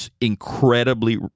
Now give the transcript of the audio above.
incredibly